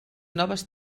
noves